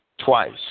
twice